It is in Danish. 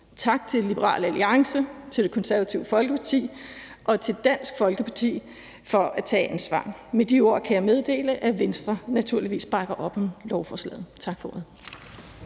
Tak til Liberal Alliance, til Det Konservative Folkeparti og til Dansk Folkeparti for at tage ansvar. Med de ord kan jeg meddele, at Venstre naturligvis bakker op om lovforslaget. Tak for ordet.